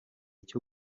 cyo